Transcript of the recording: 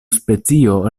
specio